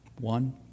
One